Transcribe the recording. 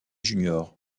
juniors